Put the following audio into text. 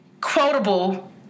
quotable